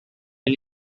and